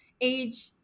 age